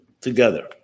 together